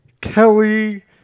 Kelly